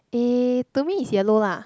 eh to me it's yellow lah